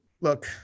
look